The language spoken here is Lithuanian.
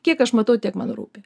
kiek aš matau tiek man rūpi